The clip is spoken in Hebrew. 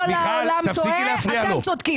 כל העולם טועה, אתם צודקים.